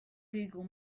google